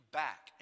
back